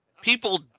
people